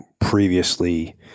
previously